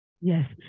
Yes